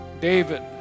David